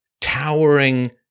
towering